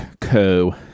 Co